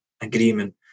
agreement